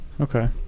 Okay